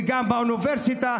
וגם באוניברסיטה,